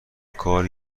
کار